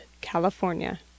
California